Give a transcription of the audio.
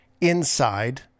inside